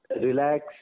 relax